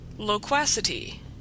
LOQUACITY